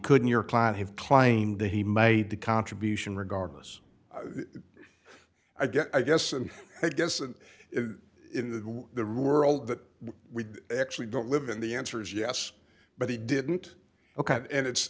couldn't your client have claimed that he made the contribution regardless i guess i guess and i guess and in the the real world that we actually don't live in the answer's yes but he didn't ok and it's